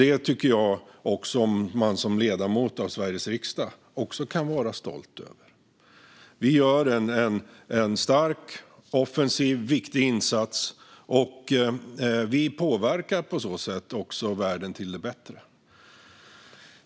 Detta tycker jag att man som ledamot i Sveriges riksdag också kan vara stolt över. Vi gör en stark, offensiv och viktig insats, och vi påverkar på så sätt världen till det bättre.